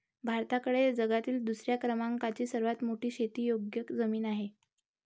भारताकडे जगातील दुसऱ्या क्रमांकाची सर्वात मोठी शेतीयोग्य जमीन आहे